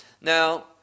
Now